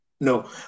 no